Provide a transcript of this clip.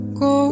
go